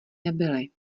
nebyly